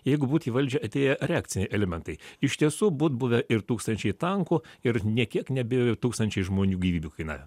jeigu būt į valdžią atėję reakciniai elementai iš tiesų būt buvę ir tūkstančiai tankų ir nė kiek neabejoju tūkstančiai žmonių gyvybių kainavę